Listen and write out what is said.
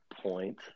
point